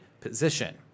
position